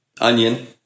Onion